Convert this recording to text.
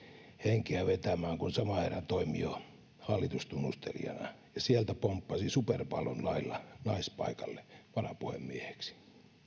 henkeä vetämään kun sama herra toimi jo hallitustunnustelijana ja sieltä pomppasi superpallon lailla naispaikalle varapuhemieheksi tai